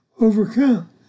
overcome